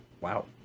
Wow